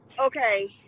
okay